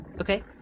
Okay